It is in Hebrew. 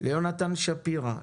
ליונתן שפירא,